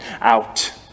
out